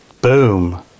Boom